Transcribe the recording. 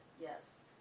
yes